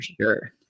sure